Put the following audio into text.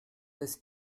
des